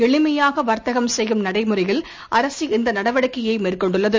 எளிமையாக வர்த்தகம் செய்யும் நடைமுறையில் அரசு இந்த நடவடிக்கையை மேற்கொண்டுள்ளது